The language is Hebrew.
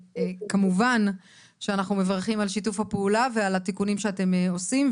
כמובן שאנחנו מברכים על שיתוף הפעולה ועל התיקונים שאתם עושים.